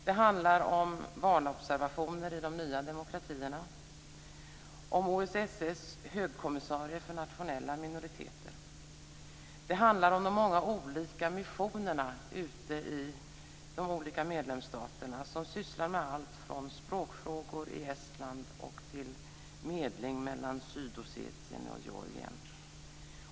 Det handlar om valobservationer i de nya demokratierna och om OSSE:s högkommissarie för nationella minoriteter. Det rör sig om de många missionerna ute i de olika medlemsstaterna, som sysslar med allt från språkfrågor i Estland till medling mellan Sydossetien och Georgien.